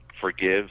forgive